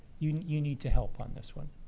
you know you need to help on this one.